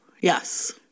Yes